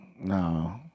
No